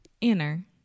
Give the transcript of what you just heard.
Inner